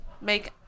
make